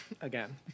again